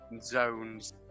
zones